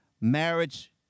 Marriage